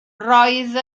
roedd